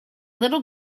little